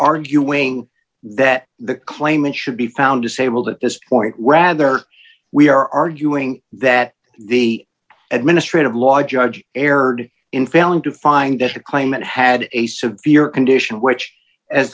arguing that the claimant should be found disabled at this point rather we are arguing that the administrative law judge erred in failing to find this a claimant had a severe condition which as